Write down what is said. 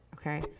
Okay